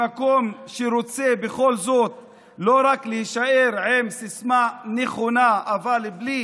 ממקום שרוצה בכל זאת לא רק להישאר עם סיסמה נכונה ובלי